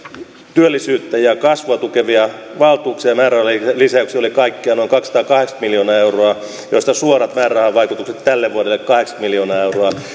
työllisyyttä ja kasvua tukevia valtuuksia ja määrärahanlisäyksiä oli kaikkiaan noin kaksisataakahdeksankymmentä miljoonaa euroa mistä suorat määrärahavaikutukset tälle vuodelle kahdeksankymmentä miljoonaa euroa